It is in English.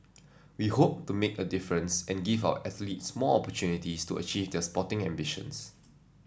we hope to make a difference and give our athletes more opportunities to achieve the sporting ambitions